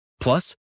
Plus